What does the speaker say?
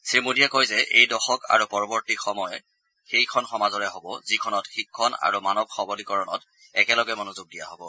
শ্ৰীমোডীয়ে কয় যে এই দশক আৰু পৰৱৰ্তী সময় সেইখন সমাজৰে হব যিখনত শিক্ষণ আৰু মানৱ সৱলীকৰণত একেলগে মনোষোগ দিয়া হ'ব